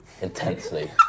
intensely